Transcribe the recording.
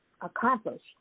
accomplish